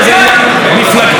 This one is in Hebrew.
זה עניין מפלגתי,